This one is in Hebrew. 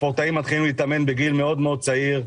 הספורטאים מתחילים להתאמן בגיל מאוד צעיר,